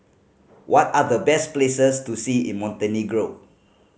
what are the best places to see in Montenegro